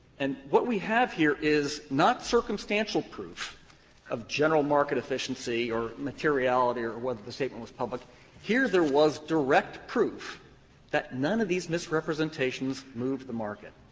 and what we have here is not circumstantial proof of general market efficiency or materiality or whether the statement was public here there was direct proof that none of these misrepresentations moved the market,